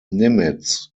nimitz